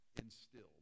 instilled